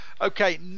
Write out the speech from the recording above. Okay